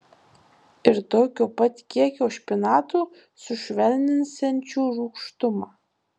ir tokio pat kiekio špinatų sušvelninsiančių rūgštumą